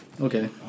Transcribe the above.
Okay